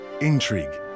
intrigue